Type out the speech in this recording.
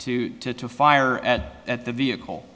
to to to fire at at the vehicle